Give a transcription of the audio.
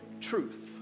truth